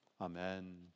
Amen